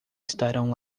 estarão